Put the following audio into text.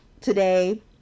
today